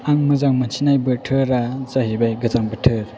आं मोजां मोनसिननाय बोथोरा जाहैबाय गोजां बोथोर